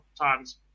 times